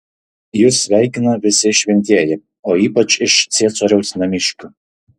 jus sveikina visi šventieji o ypač iš ciesoriaus namiškių